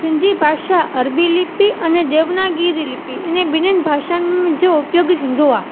सिंधी भाषा अरबी लिपी अने देविनागरी लिपी इन्हनि ॿिनि भाषाउनि जो उपयोगु थींदो आहे